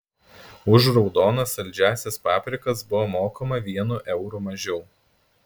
už raudonas saldžiąsias paprikas buvo mokama vienu euru mažiau